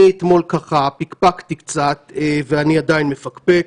אתמול ככה פקפקתי קצת ואני עדיין מפקפק.